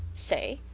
say.